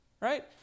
right